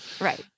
Right